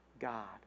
God